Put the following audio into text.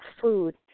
food